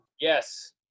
Yes